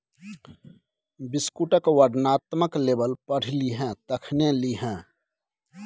बिस्कुटक वर्णनात्मक लेबल पढ़ि लिहें तखने लिहें